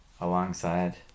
alongside